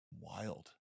wild